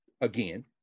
again